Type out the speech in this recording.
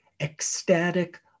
ecstatic